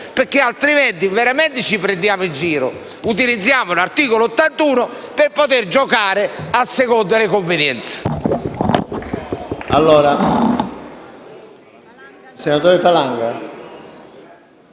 perché, altrimenti, veramente ci prendiamo in giro: utilizziamo l'articolo 81 per poter giocare a seconda delle convenienze.